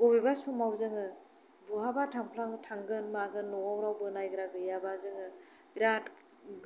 बबेबा समाव जोङो बहाबा थांफ्लां थांगोन मागोन न'आव रावबो नायग्रा गैयाबा जोङो बिराद